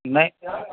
नाही